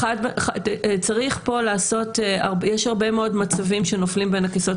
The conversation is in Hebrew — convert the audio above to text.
יש הרבה מאוד מצבים שנופלים בין הכיסאות,